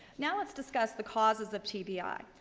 now let's discuss the causes of tbi. ah